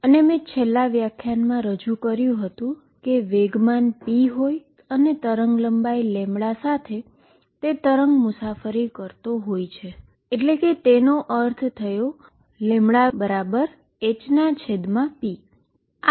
અને મેં છેલ્લા વ્યાખ્યાનમાં રજૂ કર્યું હતું કે મોમેન્ટમ p હોય અને વેવલેન્થ λ સાથે તે વેવ મુસાફરી હોય છે એટલે કે તેનો અર્થ wavehp